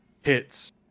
hits